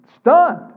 stunned